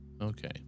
Okay